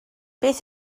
beth